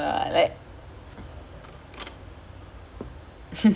I was like confirm err confirm half time one one lah